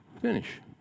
finish